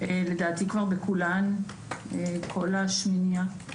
לדעתי כבר בכולן, כל השמינייה.